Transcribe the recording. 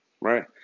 right